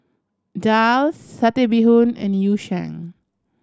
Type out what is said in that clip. daal Satay Bee Hoon and Yu Sheng